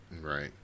Right